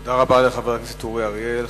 תודה רבה לחבר הכנסת אורי אריאל.